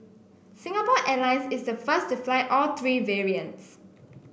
Singapore Airlines is the first to fly all three variants